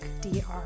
dr